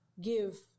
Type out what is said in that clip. give